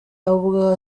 avuga